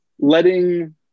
letting